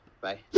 Bye